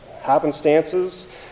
happenstances